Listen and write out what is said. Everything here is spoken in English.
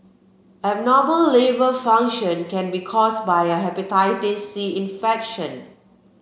abnormal liver function can be caused by a Hepatitis C infection